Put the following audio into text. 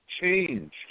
Change